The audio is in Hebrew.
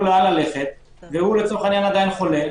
לאן ללכת והוא לצורך העניין עדיין חולה,